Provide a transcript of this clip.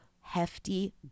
hefty